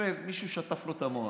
מישהו שטף לו את המוח,